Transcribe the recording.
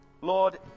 Lord